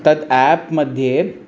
तत् आप् मध्ये